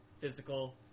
physical